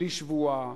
בלי שבועה,